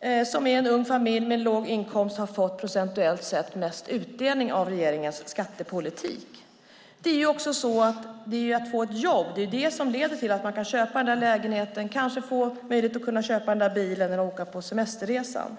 en ung familj med låg inkomst, har fått mest utdelning procentuellt sett av regeringens skattepolitik. Det är också detta att få ett jobb som leder till att man kan köpa den där lägenheten, kanske får möjlighet att köpa den där bilen eller kan åka på den där semesterresan.